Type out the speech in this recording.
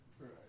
Right